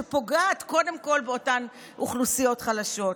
שפוגעת קודם כול באותן אוכלוסיות חלשות.